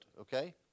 okay